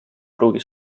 pruugi